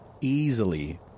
easily